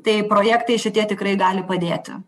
tai projektai šitie tikrai gali padėti